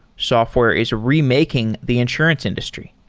software is remaking the insurance industry.